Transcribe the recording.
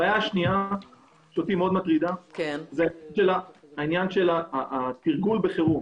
הבעיה השנייה שאותי מאוד מטרידה זה העניין של התרגול בחירום.